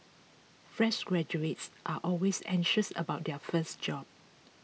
fresh graduates are always anxious about their first job